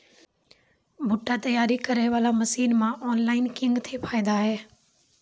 भुट्टा तैयारी करें बाला मसीन मे ऑनलाइन किंग थे फायदा हे?